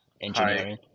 engineering